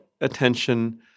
attention